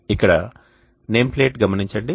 ఇక్కడ name plate గమనించండి